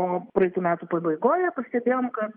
o praeitų metų pabaigoj pastebėjom kad